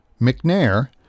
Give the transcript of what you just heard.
McNair